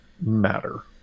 matter